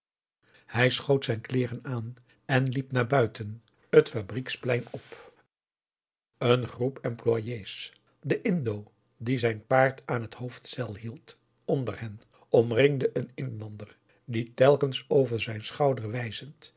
hij schoot zijn kleeren aan en liep naar buiten het fabrieksplein op een groep employé's de indo die zijn paard aan het hoofdstel hield onder hen omringde een inlander die telkens over zijn schouder wijzend